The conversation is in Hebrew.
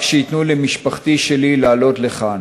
רק שייתנו למשפחתי שלי לעלות לכאן.